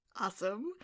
Awesome